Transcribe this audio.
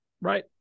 Right